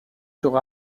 sur